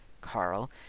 Carl